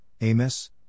Amos